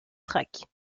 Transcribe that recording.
track